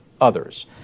others